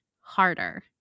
Harder